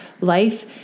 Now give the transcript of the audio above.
life